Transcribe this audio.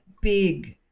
big